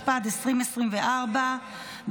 התשפ"ד 2024,